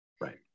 Right